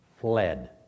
fled